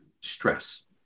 stress